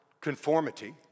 conformity